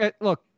Look